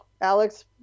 Alex